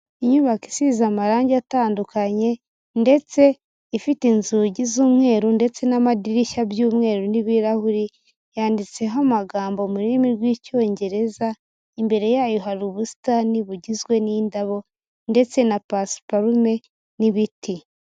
Inyubako isize amarangi atandukanye ndetse ifite inzugi z'umweru ndetse n'amadirishya by'umweru n'ibirahuri yanditseho amagambo mu rurimi rw'icyongereza imbere yayo hari ubusitani bugizwe n'indabo ndetse na pasiparume n'ibiti.